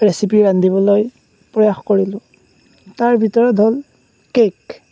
recipe ৰান্ধিবলৈ প্ৰয়াস কৰিলোঁ তাৰ ভিতৰত হ'ল কেক